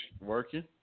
Working